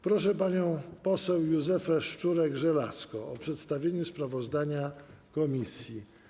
Proszę panią poseł Józefę Szczurek-Żelazko o przedstawienie sprawozdania komisji.